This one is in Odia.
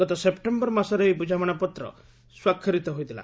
ଗତ ସେପ୍ଟେମ୍ବର ମାସରେ ଏହି ବୁଝାମଣାପତ୍ର ସ୍ୱାକ୍ଷରିତ ହୋଇଥିଲା